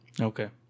Okay